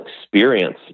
experience